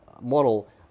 model